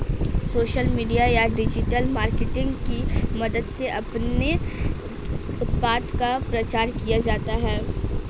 social media या digital marketing की मदद से अपने उत्पाद का प्रचार किया जाता है